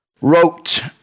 wrote